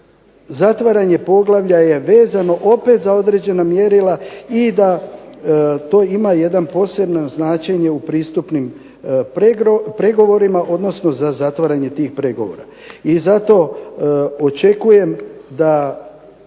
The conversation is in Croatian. zatvaranje poglavlja je vezano opet za određena mjerila i da to ima jedno posebno značenje u pristupnim pregovorima, odnosno za zatvaranje tih pregovora i zato očekujem da